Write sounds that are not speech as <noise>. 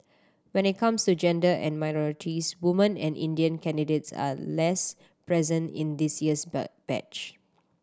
when it comes to gender and minorities woman and Indian candidates are less present in this year's <unintelligible> batch